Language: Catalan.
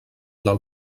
del